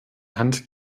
hand